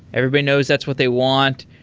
everybody knows that's what they want.